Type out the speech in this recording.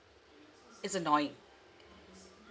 is annoying